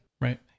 Right